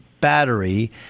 battery